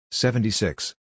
Seventy-six